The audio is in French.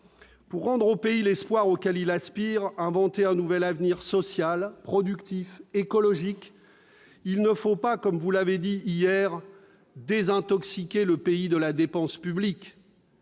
Pour rendre au pays l'espoir auquel il aspire, pour inventer un nouvel avenir social, productif et écologique, il ne faut pas, comme vous l'avez dit hier, désintoxiquer le pays de la dépense publique.